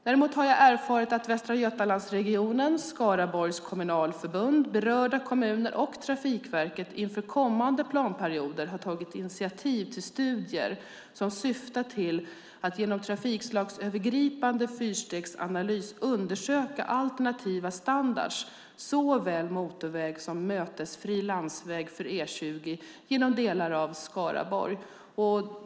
Däremot har jag erfarit att Västra Götalandsregionen, Skaraborgs kommunalförbund, berörda kommuner och Trafikverket inför kommande planperioder har tagit initiativ till studier som syftar till att genom trafikslagsövergripande fyrstegsanalys undersöka alternativa standarder, såväl motorväg som mötesfri landsväg, för E20 genom delar av Skaraborg.